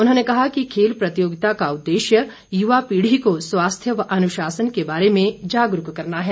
उन्होंने कहा कि खेल प्रतियोगिता का उद्देश्य युवा पीढ़ी को स्वास्थ्य व अनुशासन के बारे में जागरूक करना है